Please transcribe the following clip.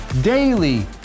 daily